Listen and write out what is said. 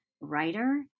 writer